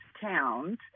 towns